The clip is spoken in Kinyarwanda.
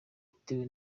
bitewe